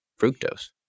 fructose